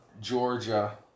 Georgia